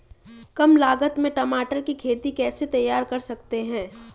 कम लागत में टमाटर की खेती कैसे तैयार कर सकते हैं?